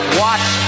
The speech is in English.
watch